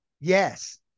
Yes